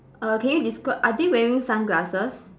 err can you describe are they wearing sunglasses